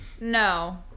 No